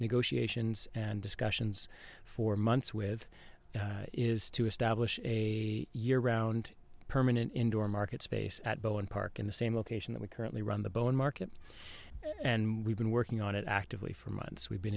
negotiations and discussions for months with is to establish a year round permanent indoor market space at bowen park in the same location that we currently run the bowen market and we've been working on it actively for months we've been